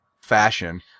fashion